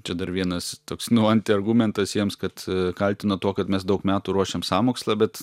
čia dar vienas toks nu anti argumentas jiems kad kaltino tuo kad mes daug metų ruošėm sąmokslą bet